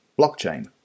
blockchain